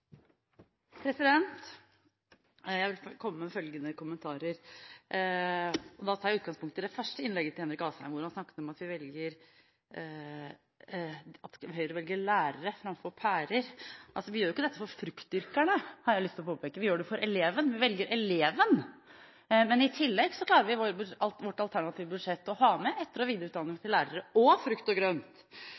grønt. Jeg vil komme med følgende kommentarer – og da tar jeg utgangspunkt i det første innlegget til Henrik Asheim, hvor han snakket om at Høyre velger lærere framfor pærer: Vi gjør ikke dette for fruktdyrkerne, har jeg lyst til å påpeke, vi gjør det for eleven. Vi velger eleven. Men i tillegg klarer vi i vårt alternative budsjett å ha med etter- og videreutdanning til lærere – og frukt og grønt.